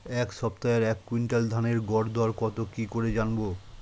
এই সপ্তাহের এক কুইন্টাল ধানের গর দর কত কি করে জানবো?